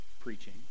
preaching